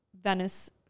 Venice